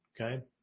okay